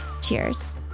Cheers